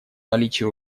наличие